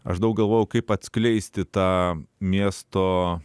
aš daug galvojau kaip atskleisti tą miesto